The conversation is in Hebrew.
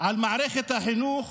על מערכת החינוך